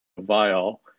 vial